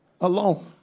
alone